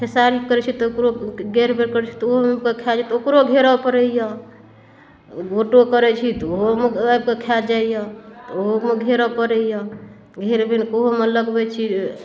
खेसारी करै छी तऽ ओकरो घेर बेर करै छी तऽ ओहोमे खाइए तऽ ओकरो घेरऽ पड़ैए गोटो करै छी तऽ ओहोमे आबिके खा जाइए तऽ ओहोके घेरऽ पड़ैए घेर बेरकऽ ओहोमे लगबै छी